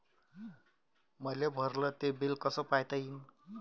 मले भरल ते बिल कस पायता येईन?